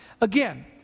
again